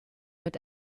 mit